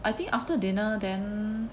I think after dinner then